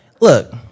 Look